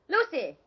Lucy